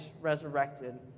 resurrected